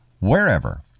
wherever